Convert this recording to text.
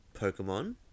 Pokemon